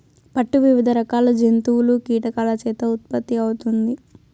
పట్టు వివిధ రకాల జంతువులు, కీటకాల చేత ఉత్పత్తి అవుతుంది